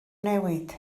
newid